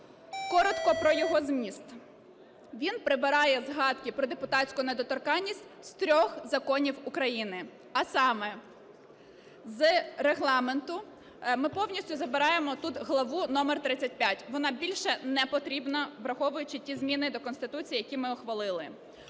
Коротко про його зміст. Він прибирає згадки про депутатську недоторканність з трьох законів України. А саме: з Регламенту ми повністю забираємо тут главу номер 35, вона більше не потрібна, враховуючи ті зміни до Конституції, які ми ухвалили.